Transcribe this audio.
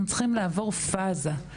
אנחנו צריכים לעבור פזה,